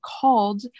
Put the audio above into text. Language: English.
called